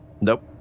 Nope